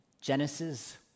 Genesis